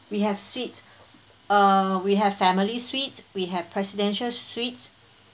we have suite uh we have family suite we have presidential suite